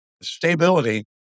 stability